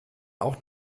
auch